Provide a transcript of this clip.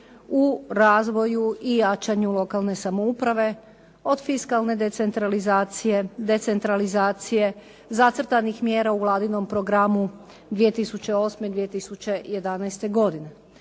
u razvoju i jačanju lokalne samouprave od fiskalne decentralizacije, decentralizacije zacrtanih mjera u vladinom programu 2008., 2011. godine.